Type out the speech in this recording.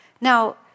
Now